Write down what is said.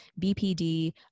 BPD